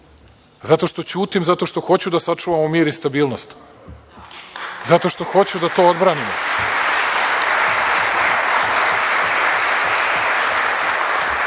zato što ćutim, zato što hoću da sačuvamo mir i stabilnost, zato što hoću da to odbranimo. Vama